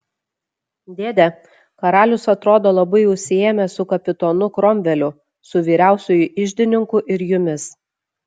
dėde karalius atrodo labai užsiėmęs su kapitonu kromveliu su vyriausiuoju iždininku ir jumis